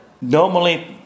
Normally